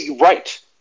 Right